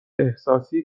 احساسی